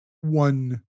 one